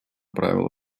правила